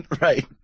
Right